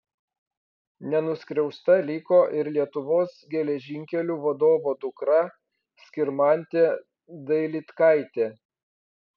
nenuskriausta liko ir lietuvos geležinkelių vadovo dukra skirmantė dailydkaitė